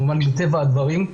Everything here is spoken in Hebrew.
מטבע הדברים,